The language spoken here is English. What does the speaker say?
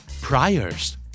Priors